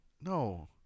No